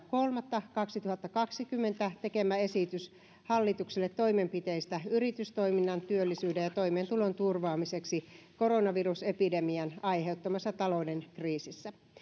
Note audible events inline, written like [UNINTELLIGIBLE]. [UNINTELLIGIBLE] kolmatta kaksituhattakaksikymmentä tekemä esitys hallitukselle toimenpiteistä yritystoiminnan työllisyyden ja toimeentulon turvaamiseksi koronavirusepidemian aiheuttamassa talouden kriisissä